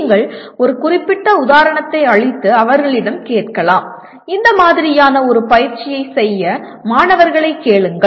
நீங்கள் ஒரு குறிப்பிட்ட உதாரணத்தை அளித்து அவர்களிடம் கேட்கலாம் இந்த மாதிரியான ஒரு பயிற்சியைச் செய்ய மாணவர்களைக் கேளுங்கள்